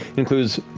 includes,